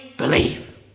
believe